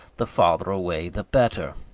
the farther away the better.